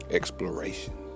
exploration